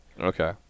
Okay